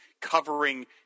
covering